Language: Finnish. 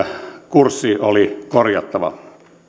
kurssi oli korjattava